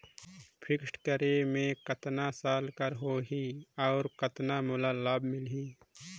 Fixed करे मे कतना साल कर हो ही और कतना मोला लाभ मिल ही?